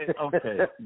okay